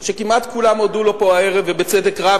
שכמעט כולם הודו לו פה הערב ובצדק רב,